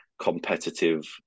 competitive